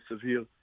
severe